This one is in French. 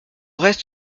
reste